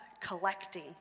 collecting